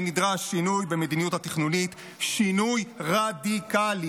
ונדרש שינוי במדיניות התכנונית, שינוי רדיקלי.